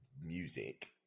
music